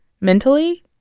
Mentally